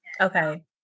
Okay